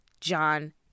John